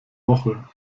woche